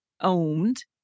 owned